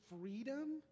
freedom